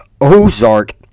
Ozark